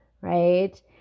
right